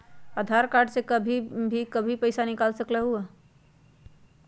आधार card से कहीं भी कभी पईसा निकाल सकलहु ह?